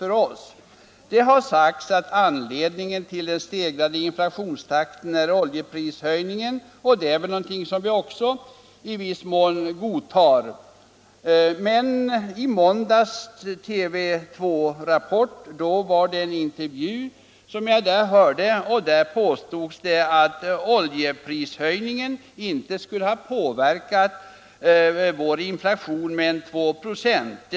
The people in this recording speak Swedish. Det har sagts att anledningen till den stegrade inflationstakten är oljeprishöjningen. Och den förklaringen har vi väl i stort sett godtagit. Men i måndagens TV 2-Rapport angavs i en intervju att oljeprishöjningen inte skulle påverka inflationen med mer än 2 96.